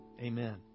Amen